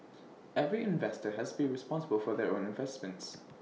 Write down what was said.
every investor has be responsible for their own investments